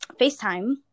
FaceTime